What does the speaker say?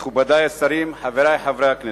מכובדי השרים, חברי חברי הכנסת,